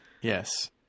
Yes